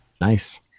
Nice